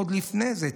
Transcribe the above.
עוד לפני זה,